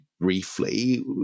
briefly